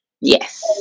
yes